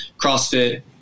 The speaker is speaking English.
CrossFit